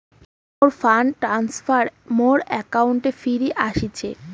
মোর fund transfer মোর অ্যাকাউন্টে ফিরি আশিসে